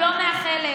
הזמן.